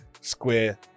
square